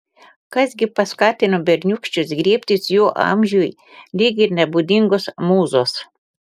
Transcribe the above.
kas gi paskatino berniūkščius griebtis jų amžiui lyg ir nebūdingos mūzos